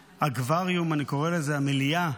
האקווריום, אני קורא לזה, המליאה,